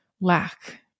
lack